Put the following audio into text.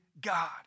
God